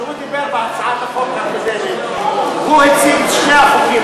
כשהוא דיבר בהצעת החוק הקודמת הוא הציג את שני החוקים,